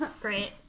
great